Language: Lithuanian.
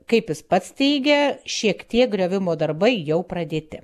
kaip jis pats teigia šiek tiek griovimo darbai jau pradėti